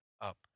up